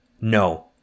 No